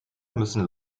müssen